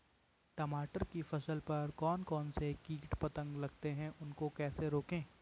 टमाटर की फसल पर कौन कौन से कीट पतंग लगते हैं उनको कैसे रोकें?